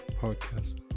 podcast